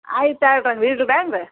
ಆಯ್ತು ಆಯ್ತು ಹಂಗಾರೆ ಇಡುದಾ ಏನು ರೀ